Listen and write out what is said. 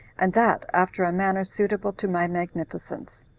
and that after a manner suitable to my magnificence.